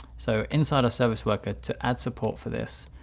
so inside our service worker to add support for this,